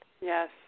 Yes